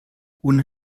ohne